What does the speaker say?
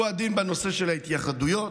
הוא הדין בנושא ההתייחדויות,